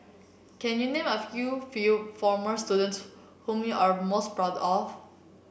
can you name a few few former students whom you are most proud of